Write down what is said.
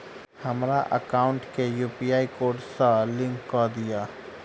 हमरा एकाउंट केँ UPI code सअ लिंक कऽ दिऽ?